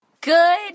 Good